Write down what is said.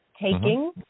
Taking